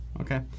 Okay